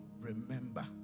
remember